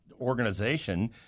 organization